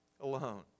alone